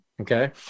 Okay